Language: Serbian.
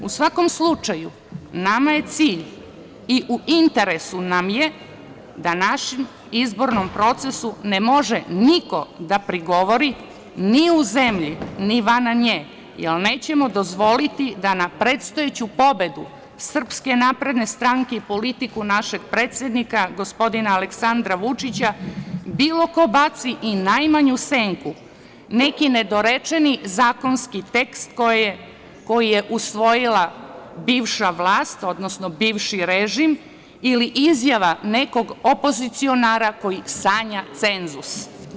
U svakom slučaju, nama je cilj i u interesu nam je da našem izbornom procesu ne može niko da prigovori ni u zemlji, ni van nje, jer nećemo dozvoliti da na predstojeću pobedu SNS i politiku našeg predsednika gospodina Aleksandra Vučića bilo ko baci i najmanju senku, neki nedorečeni zakonski tekst koji je usvojila bivša vlast, odnosno bivši režim ili izjava nekog opozicionara koji sanja cenzus.